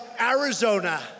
Arizona